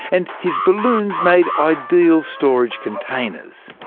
and his balloons made ideal storage containers.